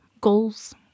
goals